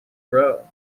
row